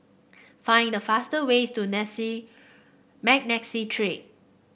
find the fast way to Street